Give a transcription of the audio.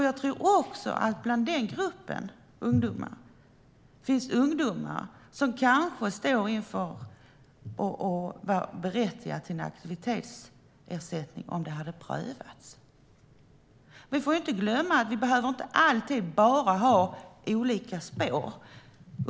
Jag tror också att det i den gruppen finns ungdomar som kanske skulle vara berättigade till aktivitetsersättning om det prövades. Vi får inte glömma att vi inte alltid bara behöver ha olika spår.